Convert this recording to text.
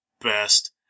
best